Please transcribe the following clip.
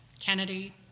Kennedy